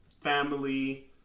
family